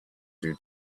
due